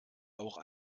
auch